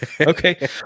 Okay